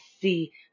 see